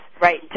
Right